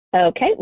Okay